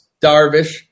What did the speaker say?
Darvish